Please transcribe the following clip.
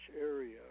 area